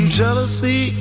jealousy